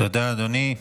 תודה, אדוני.